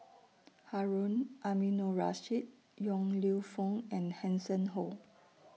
Harun Aminurrashid Yong Lew Foong and Hanson Ho